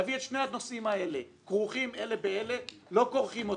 להביא את שני הנושאים האלה כרוכים אלה באלה לא כורכים אותם.